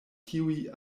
tiuj